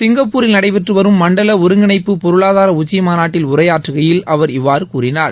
சிங்கப்பூரில் நடைபெற்று வரும் மண்டல ஒருங்கிணைப்பு பொருளாதார உச்சிமாநாட்டில் உரையாற்றுகையில் அவர் இவ்வாறு கூறினார்